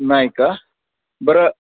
नाही का बरं